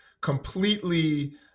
completely